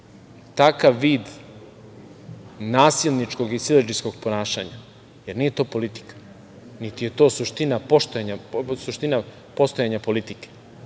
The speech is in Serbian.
takav vid nasilničkog i siledžijskog ponašanja, jer nije to politika, niti je to suština postojanja politike.